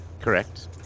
Correct